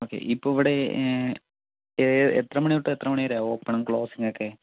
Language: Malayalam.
ഓക്കെ ഇപ്പം ഇവിടെ എത്ര മണി തൊട്ടെത്ര മണി വരെ ഓപ്പണും ക്ലോസിംഗ് ഒക്കെ